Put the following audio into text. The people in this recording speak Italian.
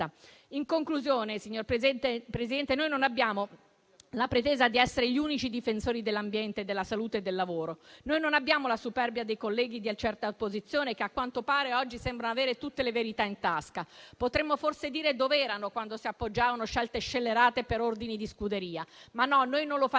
In conclusione, signor Presidente, noi non abbiamo la pretesa di essere gli unici difensori dell'ambiente, della salute e del lavoro. Noi non abbiamo la superbia dei colleghi di certa opposizione che, a quanto pare, oggi sembra avere tutte le verità in tasca. Potremmo forse chiedere dove erano, quando si appoggiavano scelte scellerate per ordini di scuderia, ma noi non lo faremo.